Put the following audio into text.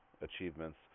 achievements